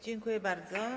Dziękuję bardzo.